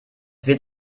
wird